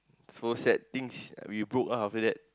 so sad things we broke up after that